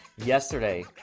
yesterday